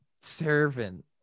servant